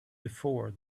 before